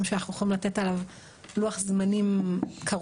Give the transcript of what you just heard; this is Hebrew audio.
שאנחנו יכולים לתת עליו לוח זמנים קרוב,